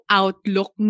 outlook